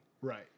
Right